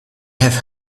have